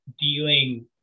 dealing